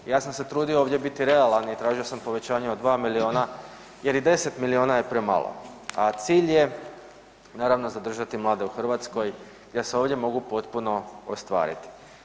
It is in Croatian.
Ja sam se trudio ovdje biti realan i tražio sam povećanje od dva milijuna jer i 10 milijuna je premalo, a cilj je naravno zadržati mlade u Hrvatskoj i da se ovdje mogu potpuno ostvariti.